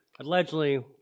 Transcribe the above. Allegedly